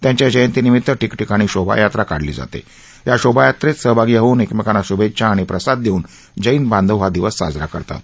त्यांच्या जयंतीनिमित्त ठिकठिकाणी शोभायात्रा काढली जात या शोभायात्रत्त सहभागी होऊन एकमक्तिना शुभच्छा आणि प्रसाद दस्तिन जैन बांधव हा दिवस साजरा करतात